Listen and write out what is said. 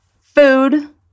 food